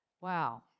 Wow